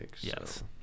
Yes